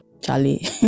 charlie